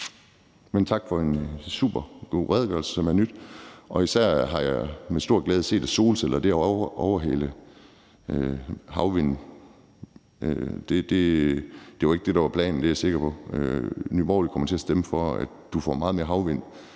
Men tak for en supergod redegørelse, som jeg har nydt. Især har jeg med stor glæde set, at solceller har overhalet havvindmøller. Det var ikke det, der var planen, det er jeg sikker på. Nye Borgerlige kommer til at stemme for, at du får meget mere el fra havvind.